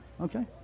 Okay